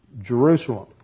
Jerusalem